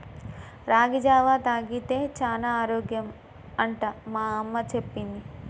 రాగి జావా తాగితే చానా ఆరోగ్యం అంట మా అమ్మ చెప్పింది